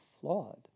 flawed